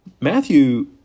Matthew